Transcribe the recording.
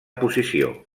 posició